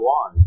on